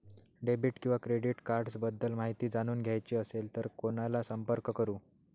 Debit किंवा credit cards बद्दल माहिती जाणून घ्यायची असेल तर कोणाला संपर्क करु?